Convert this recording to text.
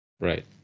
Right